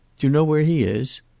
do you know where he is?